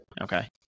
Okay